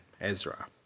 Ezra